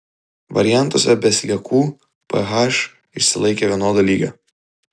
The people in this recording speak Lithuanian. variantuose be sliekų ph išsilaikė vienodo lygio